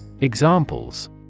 Examples